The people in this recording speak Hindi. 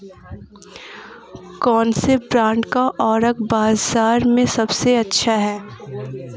कौनसे ब्रांड का उर्वरक बाज़ार में सबसे अच्छा हैं?